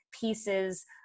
pieces